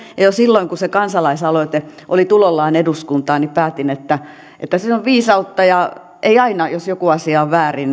ja jo silloin kun se kansalaisaloite oli tulollaan eduskuntaan päätin se on viisautta ettei aina jos joku asia on väärin